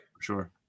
Sure